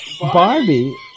Barbie